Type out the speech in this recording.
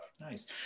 Nice